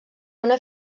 una